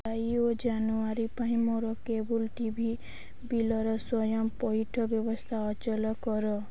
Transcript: ଜୁଲାଇ ଓ ଜାନୁଆରୀ ପାଇଁ ମୋର କେବୁଲ୍ ଟି ଭି ବିଲ୍ର ସ୍ଵୟଂ ପୈଠ ବ୍ୟବସ୍ଥା ଅଚଳ କର